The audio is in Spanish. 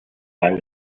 tan